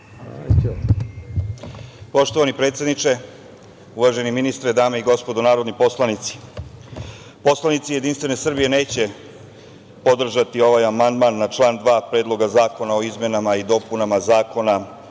Poštovani predsedniče, uvaženi ministre, dame i gospodo narodni poslanici. Poslanici Jedinstvene Srbije neće podržati ovaj amandman na član 2. Predloga zakona o izmenama i dopunama Zakona